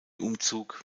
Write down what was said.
umzug